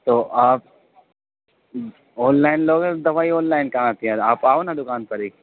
تو آپ online لو گے دوائی آن لائن کہاں آتی ہے آپ آؤ نا دُکان پر ایک